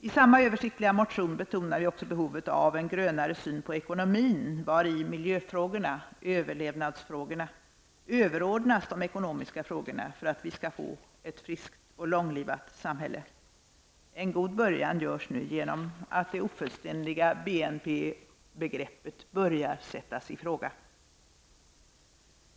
I samma översiktliga motion betonar vi också behovet av en grönare syn på ekonomin, vari miljöfrågorna -- överlevnadsfrågorna -- överordnas de ekonomiska frågorna för att vi skall få ett friskt och långlivat samhälle. En god början görs nu genom att det ofullständiga BNP-begreppet börjar sättas i fråga.